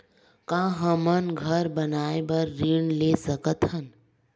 का हमन घर बनाए बार ऋण ले सकत हन?